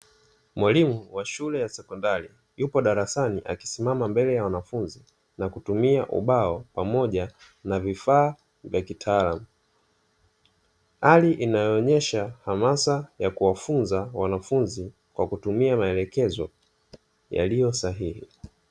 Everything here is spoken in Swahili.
Mwalimu wa shule ya sekondari yupo darasani akisimama mbele ya wanafunzi na kutumia ubao pamoja na vifaa vya kitaalamu hali inayoonyesha hamasa yakuwafunza wanafunzi kwakutumia maelekezo yaliyo sahihi.